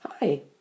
Hi